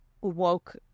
woke